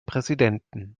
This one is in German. präsidenten